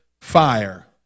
fire